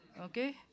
okay